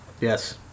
Yes